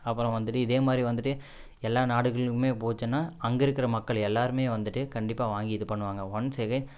அப்புறம் வந்துட்டு இதே மாதிரி வந்துட்டு எல்லா நாடுகளுக்குமே போச்சுனா அங்கே இருக்கிற மக்கள் எல்லோருமே வந்துட்டு கண்டிப்பாக வாங்கி இது பண்ணுவாங்க ஒன்ஸ் எகெய்ன்